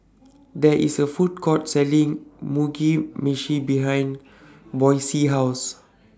There IS A Food Court Selling Mugi Meshi behind Boysie's House